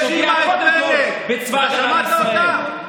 שפוגע קודם כול בצבא ההגנה לישראל.